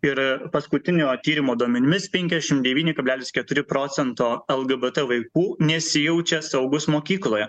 ir paskutinio tyrimo duomenimis penkiašim devyni kablelis keturi procento lgbt vaikų nesijaučia saugūs mokykloje